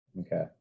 Okay